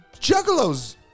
juggalos